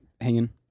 hanging